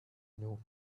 knew